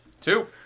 two